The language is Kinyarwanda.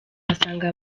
asanga